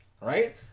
right